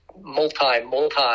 multi-multi